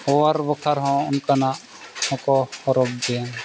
ᱦᱚᱸ ᱵᱟᱠᱷᱟᱨ ᱦᱚᱸ ᱚᱱᱠᱟᱱᱟᱜ ᱦᱚᱸᱠᱚ ᱦᱚᱨᱚᱜ ᱜᱮᱭᱟ